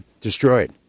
destroyed